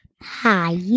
Hi